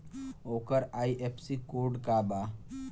ओकर IFSC code का बा?